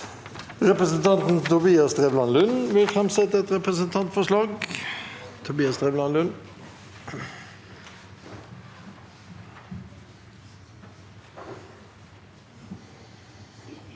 Representanten Tobias Drevland Lund vil framsette et representantforslag. Tobias Drevland Lund